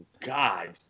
God